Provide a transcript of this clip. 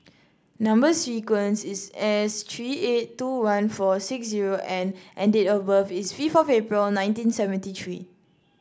number sequence is S three eight two one four six zero N and date of birth is fifth of April nineteen seventy three